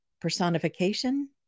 personification